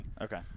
okay